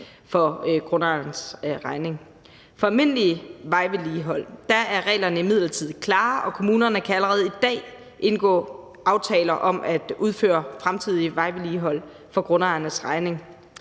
For almindeligt vejvedligehold er reglerne imidlertid klare, og kommunerne kan allerede i dag indgå aftaler om at udføre fremtidigt vejvedligehold for grundejernes regning.